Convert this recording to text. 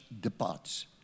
departs